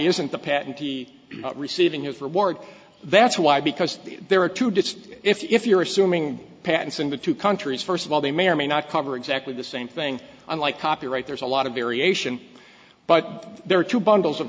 isn't the patent he receiving his reward that's why because there are two disks if you're assuming patents into two countries first of all they may or may not cover exactly the same thing on like copyright there's a lot of variation but there are two bundles of